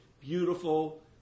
beautiful